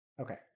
Okay